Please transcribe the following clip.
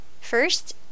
First